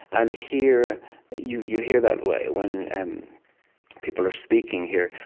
and here you you hear that way when and people are speaking here,